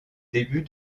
début